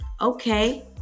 okay